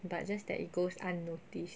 but just that it goes unnoticed